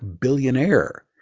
billionaire